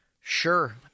Sure